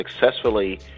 successfully